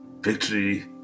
victory